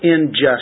injustice